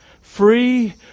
Free